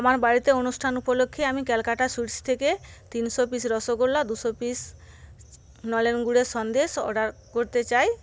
আমার বাড়িতে অনুষ্ঠান উপলক্ষে আমি ক্যালকাটা সুইটস থেকে তিনশো পিস রসগোল্লা দুশো পিস নলেন গুড়ের সন্দেশ অর্ডার করতে চাই